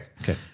Okay